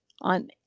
on